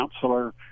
counselor